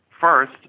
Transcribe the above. First